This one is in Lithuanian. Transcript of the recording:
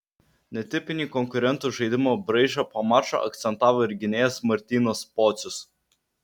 netipinį konkurentų žaidimo braižą po mačo akcentavo ir gynėjas martynas pocius